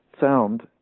sound